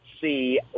see